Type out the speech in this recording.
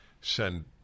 send